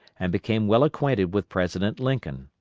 and became well acquainted with president lincoln.